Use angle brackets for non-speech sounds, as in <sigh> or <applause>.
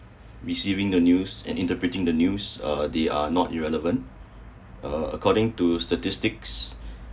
receiving the news and interpreting the news uh they are not irrelevant uh according to statistics <breath>